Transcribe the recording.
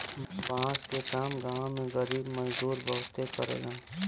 बांस के काम गांव में गरीब मजदूर बहुते करेलन